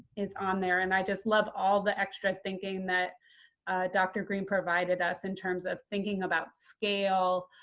is on there. and i just love all the extra thinking that dr. green provided us, in terms of thinking about scale,